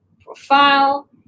profile